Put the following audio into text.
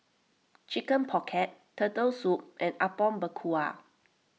Chicken Pocket Turtle Soup and Apom Berkuah